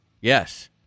Yes